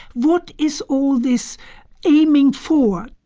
what is all this aiming for?